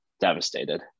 devastated